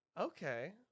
Okay